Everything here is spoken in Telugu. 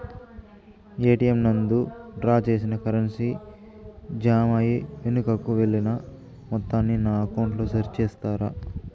ఎ.టి.ఎం నందు డ్రా చేసిన కరెన్సీ జామ అయి వెనుకకు వెళ్లిన మొత్తాన్ని నా అకౌంట్ లో సరి చేస్తారా?